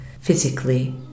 physically